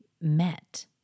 met